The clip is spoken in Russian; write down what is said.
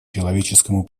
человеческому